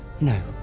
No